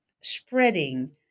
spreading